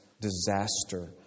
disaster